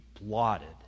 blotted